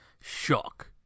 Shock